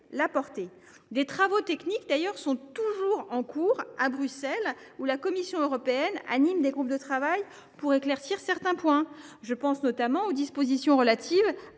Des travaux techniques sont d’ailleurs toujours en cours à Bruxelles, où la Commission européenne anime des groupes de travail pour éclaircir certains points. Je pense notamment aux dispositions relatives à